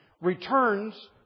returns